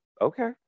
okay